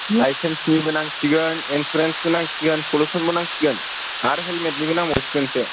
लाइसेन्सनिबो नांसिगोन इन्सुरेन्सबो नांसिगोन पलिउसनबो नांसिगोन आरो हेलमेटनिबो नांबावसिगोनसो